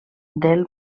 del